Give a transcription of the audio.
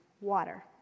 water